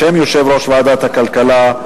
בשם יושב-ראש ועדת הכלכלה,